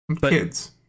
Kids